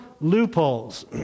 loopholes